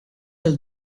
del